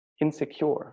insecure